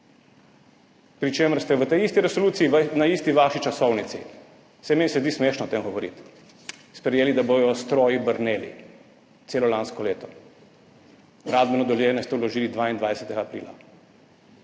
pri čemer ste v tej isti resoluciji na tej vaši isti časovnici, saj meni se zdi smešno o tem govoriti, sprejeli, da bodo stroji brneli celo lansko leto. Gradbeno dovoljenje ste vložili 22. aprila.